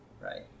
right